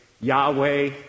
Yahweh